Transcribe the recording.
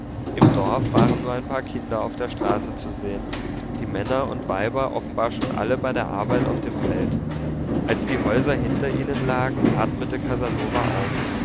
im dorf waren nur ein paar kinder auf der straße zu sehen die männer und weiber offenbar schon alle bei der arbeit auf dem feld als die häuser hinter ihnen lagen atmete casanova auf